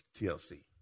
TLC